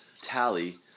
tally